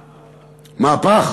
מאבק.